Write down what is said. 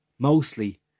Mostly